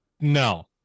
No